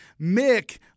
Mick